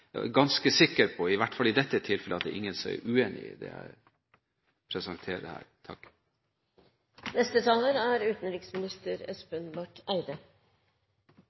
ganske sikker på, i hvert fall i dette tilfellet, at det er ingen som er uenige i det jeg presenterte her.